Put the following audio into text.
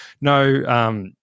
no